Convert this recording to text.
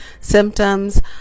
symptoms